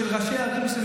של ראשי ערים מסביב,